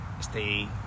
stay